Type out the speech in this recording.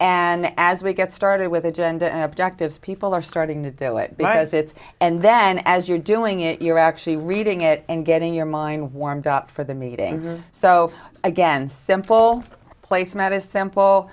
and as we get started with agenda and objectives people are starting to do it because it's and then as you're doing it you're actually reading it and getting your mind warmed up for the meeting so again simple placemat is sample